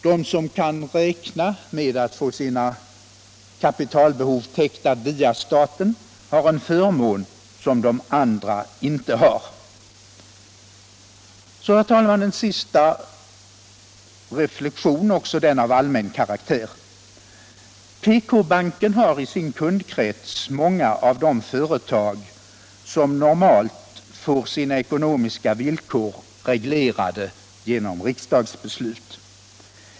De som kan räkna med att få sina kapitalbehov täckta via staten har en förmån som de andra inte har. Så, herr talman, en sista reflexion, också den av allmän karaktär. PK banken har i sin kundkrets många av de företag som normalt får sina ekonomiska villkor reglerade genom riksdagsbeslut.